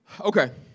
Okay